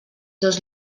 dos